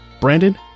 Brandon